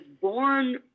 born